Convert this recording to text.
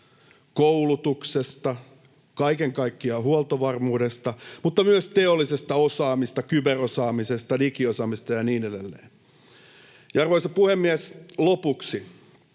koulutuksesta ja kaiken kaikkiaan huoltovarmuudesta, mutta myös teollisesta osaamisesta, kyberosaamisesta, digiosaamisesta ja niin edelleen. Arvoisa puhemies! Lopuksi: